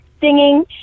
singing